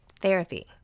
Therapy